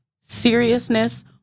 seriousness